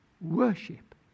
worship